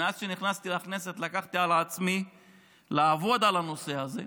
מאז שנכנסתי לכנסת לקחתי על עצמי לעבוד על הנושא הזה.